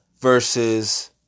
versus